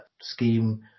scheme